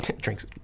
Drinks